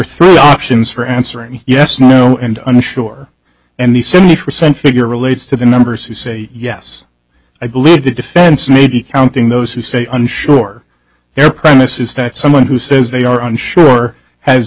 three options for answering yes no and unsure and the scimitar sent figure relates to the numbers who say yes i believe the defense may be counting those who say unsure their premise is that someone who says they are unsure has